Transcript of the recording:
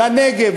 לנגב,